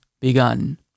begun